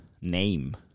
name